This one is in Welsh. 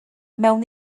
mewn